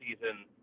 season